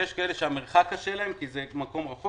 ויש כאלה שהמרחק קשה להם כי המקום רחוק.